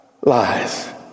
lies